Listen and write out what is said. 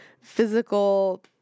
physical